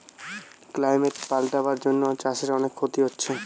climate পাল্টাবার জন্যে চাষের অনেক ক্ষতি হচ্ছে